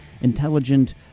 intelligent